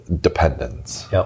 dependence